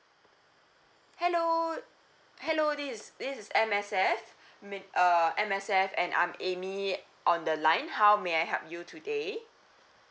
hello hello this is this is M_S_F may uh M_S_F and I'm amy on the line how may I help you today